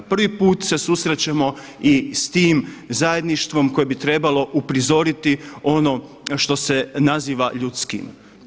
Prvi put se susrećemo i s tim zajedništvom koje bi trebalo uprizoriti ono što se naziva ljudskim.